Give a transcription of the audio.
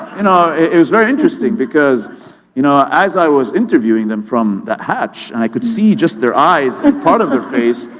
and it was very interesting because you know as i was interviewing them from the hatch, and i could see just their eyes and part of their face,